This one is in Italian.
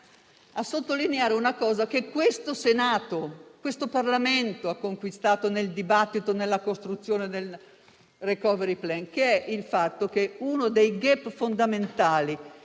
a sottolineare un aspetto che questo Senato e questo Parlamento hanno conquistato nel dibattito e nella costruzione del *recovery plan*, che riguarda uno dei *gap* fondamentali